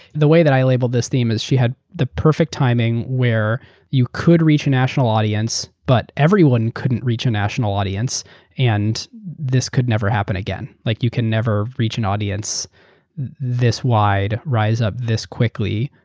the way that i label this theme is she had the perfect timing where you could reach the national audience, but everyone couldnaeurt reach a national audience and this could never happen again. like you can never reach an audience this wide, rise up this quickly,